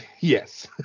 Yes